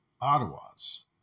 Ottawa's